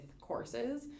courses